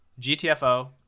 GTFO